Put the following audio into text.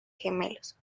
gemelos